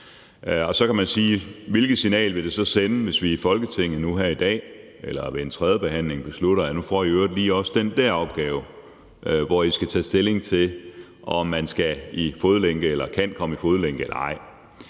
Og så kan man spørge: Hvilket signal vil det sende, hvis vi i Folketinget nu her i dag eller ved en tredjebehandling beslutter, at nu får de i øvrigt også lige den der opgave, hvor de skal tage stilling til, om man skal i fodlænke eller kan komme i fodlænke eller ej?